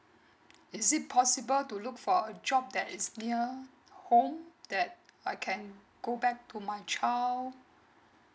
is it possible to look for a job that it's near home that I can go back to my child